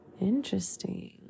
Interesting